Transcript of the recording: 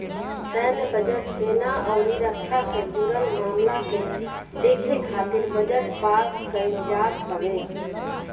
सैन्य बजट, सेना अउरी रक्षा से जुड़ल मामला के देखे खातिर बजट पास कईल जात हवे